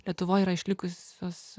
lietuvoj yra išlikusios